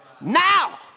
Now